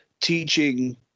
teaching